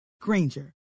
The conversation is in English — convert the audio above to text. Granger